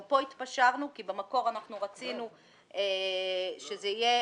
גם פה התפשרנו כי במקור רצינו שזה יהיה